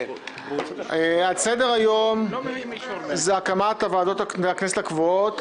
על סדר-היום הקמת הוועדות הכנסת הקבועות,